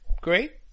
great